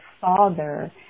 father